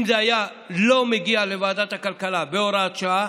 אם זה לא היה מגיע לוועדת הכלכלה בהוראת שעה,